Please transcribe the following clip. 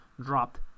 dropped